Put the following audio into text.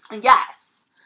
yes